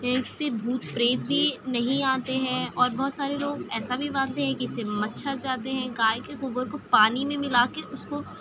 اس سے بھوت پریت بھی نہیں آتے ہیں اور بہت سارے لوگ ایسا بھی مانتے ہیں کہ اس سے مچھر جاتے ہیں گائے کے گوبر کو پانی میں ملا کے اس کو